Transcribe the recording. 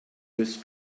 this